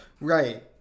Right